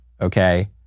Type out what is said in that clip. okay